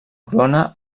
corona